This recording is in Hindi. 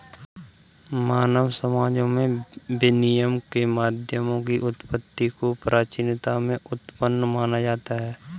मानव समाजों में विनिमय के माध्यमों की उत्पत्ति को प्राचीनता में उत्पन्न माना जाता है